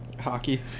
Hockey